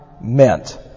meant